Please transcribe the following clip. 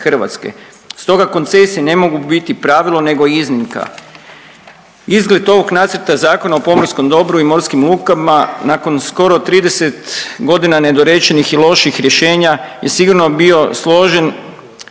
RH, stoga koncesije ne mogu biti pravilo nego iznimka. Izgled ovog nacrta Zakona o pomorskom dobru i morskim lukama nakon skoro 30 godina nedorečenih i loših rješenja je sigurno bio složen,